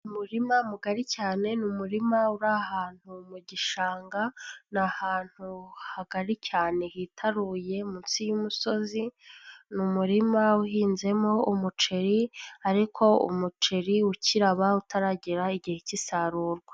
Umurima mugari cyane ni umurima uri ahantu mu gishanga ni ahantu hagari cyane hitaruye munsi y'umusozi, ni umurima uhinzemo umuceri ariko umuceri ukiraba, utaragera igihe k'isarurwa.